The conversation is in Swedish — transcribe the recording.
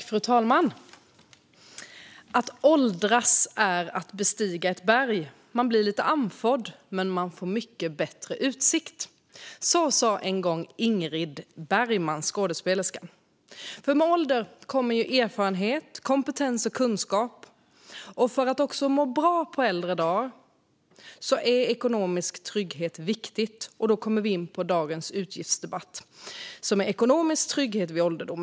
Fru talman! Att åldras är som att bestiga ett berg - man blir lite andfådd men får en mycket bättre utsikt. Så sa en gång Ingrid Bergman, skådespelerskan. Med ålder kommer erfarenhet, kompetens och kunskap. För att också må bra på äldre dar är det viktigt med ekonomisk trygghet, och det för oss in på dagens debatt om ekonomisk trygghet vid ålderdom.